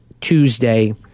Tuesday